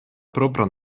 propran